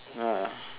ya